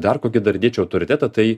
dar kokį dar dėčiau autoritetą tai